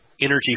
energy